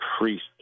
priest